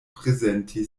prezenti